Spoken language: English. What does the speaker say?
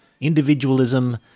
individualism